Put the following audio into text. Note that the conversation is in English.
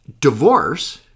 Divorce